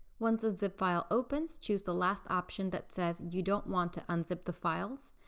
once the zip file opens choose the last option that says you don't want to unzip the files.